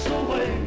away